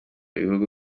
ibihugu